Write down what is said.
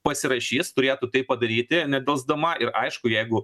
pasirašys turėtų tai padaryti nedelsdama ir aišku jeigu